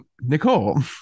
Nicole